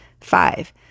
Five